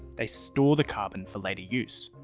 they store the carbon for later use.